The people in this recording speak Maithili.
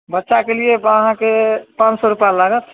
बच्चाके लिए तऽ अहाँके पाँच सओ रुपैआ लागत